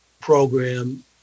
program